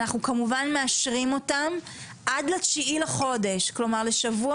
אנחנו כמובן מאשרים אותן עד ל-9 בינואר 2022. כלומר לשבוע